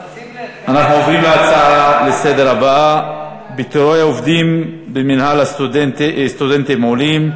אנחנו עוברים להצעה לסדר הבאה: פיטורי עובדים במינהל סטודנטים עולים,